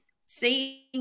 seeing